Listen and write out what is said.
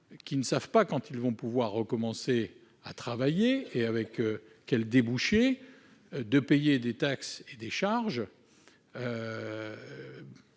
qui ne savent pas quand ils vont pouvoir recommencer à travailler ni avec quels débouchés, de payer des taxes et des charges,